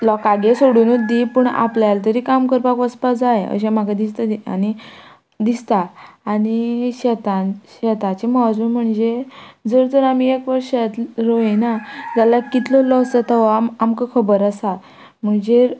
लोकांगे सोडुनूत दी पूण आपल्या तरी काम करपाक वसपा जाय अशें म्हाका दिसता आनी दिसता आनी शेतान शेताचें म्हत्व म्हणजे जर तर आमी एक वर्स शेत रोयना जाल्यार कितलो लॉस जाता हो आम आमकां खबर आसा म्हणजे